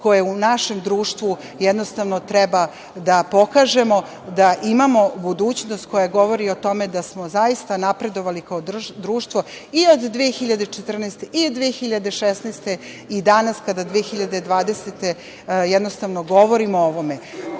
koje u našem društvu jednostavno treba da pokažemo da imamo budućnost koja govori o tome da smo zaista napredovali kao društvo i od 2014, i od 2016, i danas kada 2020. godine jednostavno govorimo o ovome. Ono